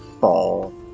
fall